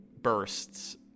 bursts